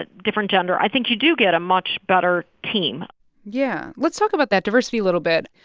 ah different gender, i think you do get a much better team yeah. let's talk about that diversity a little bit.